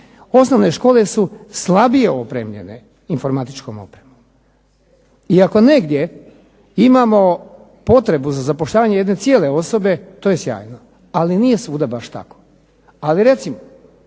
Osnovne škole su slabije opremljene informatičkom opremom, i ako negdje imamo potrebu za zapošljavanje jedne cijele osobe, to je sjajno, ali nije svuda baš tako. Ali recimo